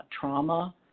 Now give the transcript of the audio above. trauma